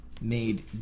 made